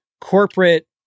corporate